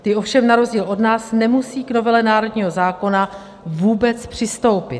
Ty ovšem na rozdíl od nás nemusí k novele národního zákona vůbec přistoupit.